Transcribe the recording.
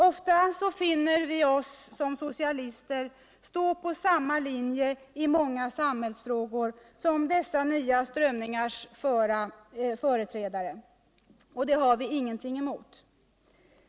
Ofta finner vi oss som socialister stå på samma linje i många samhällsfrågor som dessa nya strömningars företrädare. Det har vi ingenting emot.